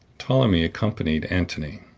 ptolemy accompanied antony.